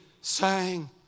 sang